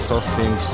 costing